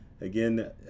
again